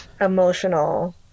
emotional